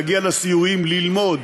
להגיע לסיורים וללמוד.